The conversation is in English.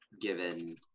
given